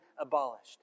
abolished